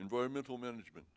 environmental management